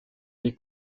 des